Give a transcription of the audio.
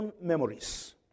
memories